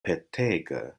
petege